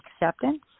acceptance